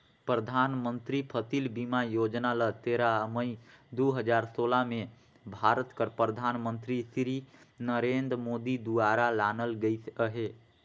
परधानमंतरी फसिल बीमा योजना ल तेरा मई दू हजार सोला में भारत कर परधानमंतरी सिरी नरेन्द मोदी दुवारा लानल गइस अहे